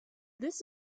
this